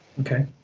Okay